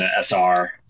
SR